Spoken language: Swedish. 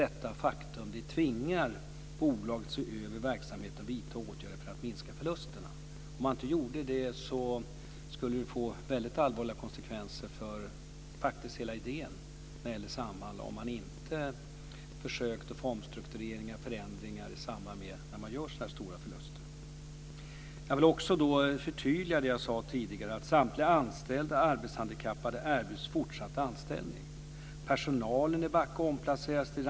Detta faktum tvingar bolaget att se över verksamheten och vidta åtgärder för att minska förlusterna. Om man inte gjorde det, och om man inte försökte få omstruktureringar och förändringar i samband med så här stora förluster så skulle det få väldigt allvarliga konsekvenser för hela idén med Samhall.